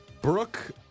Brooke